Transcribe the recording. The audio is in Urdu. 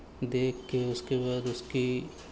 دیکھ کے اس کے بعد اس کی